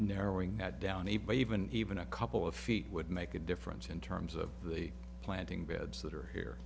narrowing that down a by even even a couple of feet would make a difference in terms of the planting beds that are here